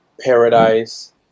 paradise